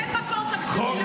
אין מקור תקציבי,